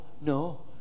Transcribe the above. no